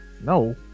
No